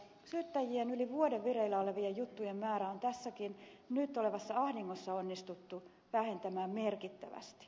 syyttäjien yli vuoden vireillä olevien juttujen määrää on tässäkin nyt olevassa ahdingossa onnistuttu vähentämään merkittävästi